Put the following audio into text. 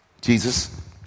Jesus